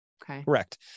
Correct